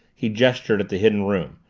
he gestured at the hidden room.